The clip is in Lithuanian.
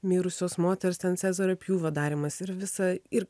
mirusios moters ten cezario pjūvio darymas ir visa ir